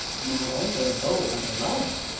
not only a beau, but a lover.